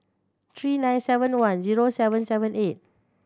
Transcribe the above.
three nine seven one zero seven seven eight